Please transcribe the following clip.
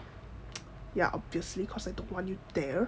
ya obviously because I don't want you there